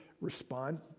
respond